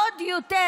עוד יותר,